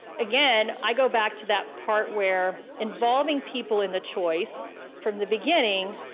again, i go back to that part where involving people in the choice from the beginning,